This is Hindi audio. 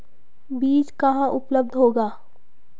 बीज कहाँ उपलब्ध होगा?